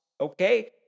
okay